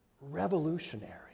Revolutionary